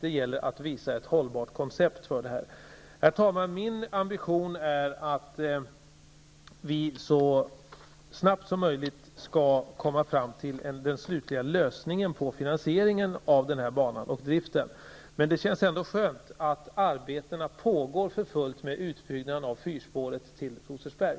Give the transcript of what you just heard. Det gäller att visa ett hållbart koncept. Herr talman! Min ambition är att vi så snabbt som möjligt skall komma fram till den slutliga lösningen på finansieringen av driften av banan. Men det känns ändå skönt att arbetena pågår för fullt med utbyggnaden av fyrspåret till Rosersberg.